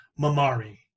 Mamari